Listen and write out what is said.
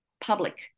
public